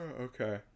okay